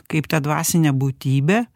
kaip tą dvasinę būtybę